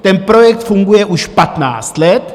Ten projekt funguje už patnáct let.